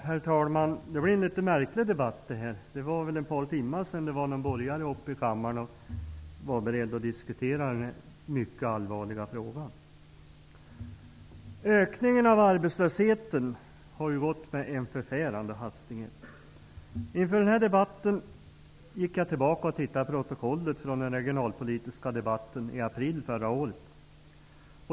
Herr talman! Detta blir en litet märklig debatt. Det är väl ett par timmar sedan en borgerlig ledamot var uppe i talarstolen beredd att diskutera denna mycket allvarliga fråga. Ökningen av arbetslösheten har gått med en förfärande hastighet. Inför den här debatten gick jag tillbaka och tittade i protokollet från den regionalpolitiska debatten i april förra året.